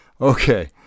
Okay